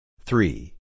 Three